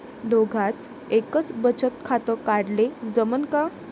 दोघाच एकच बचत खातं काढाले जमनं का?